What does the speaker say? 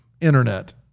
Internet